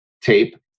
tape